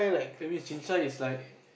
that means chincai is like